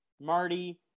Marty